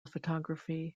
photography